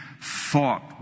thought